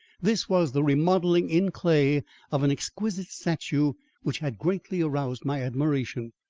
this was the remodelling in clay of an exquisite statue which had greatly aroused my admiration.